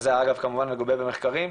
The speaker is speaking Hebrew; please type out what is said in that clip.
אגב זה מגובה במחקרים,